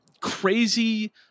crazy